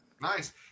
Nice